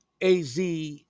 AZ